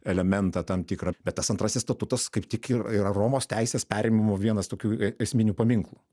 elementą tam tikrą bet tas antrasis statutas kaip tik yra romos teisės perėmimo vienas tokių esminių paminklų